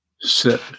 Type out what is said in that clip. sit